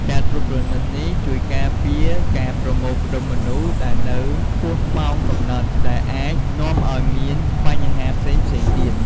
ការត្រួតពិនិត្យនេះជួយការពារការប្រមូលផ្តុំមនុស្សដែលនៅហួសម៉ោងកំណត់ ដែលអាចនាំឱ្យមានបញ្ហាផ្សេងៗទៀត។